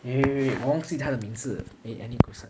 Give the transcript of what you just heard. wait wait wait 我忘记他的名字 eh I need to search